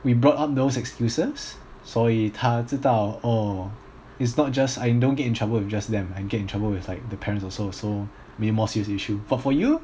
we brought up those excuses 所以他知道 oh it's not just I don't get in trouble with just them I get in trouble with like the parents also so mean more serious issue but for you